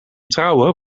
trouwen